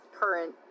current